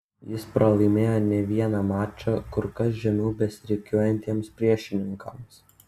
jis pralaimėjo ne vieną mačą kur kas žemiau besirikiuojantiems priešininkams